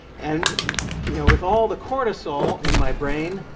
and you know with all the cortisol in my brain,